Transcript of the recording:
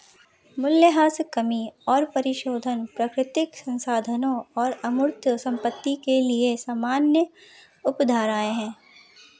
मूल्यह्रास कमी और परिशोधन प्राकृतिक संसाधनों और अमूर्त संपत्ति के लिए समान अवधारणाएं हैं